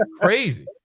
crazy